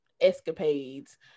escapades